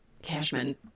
Cashman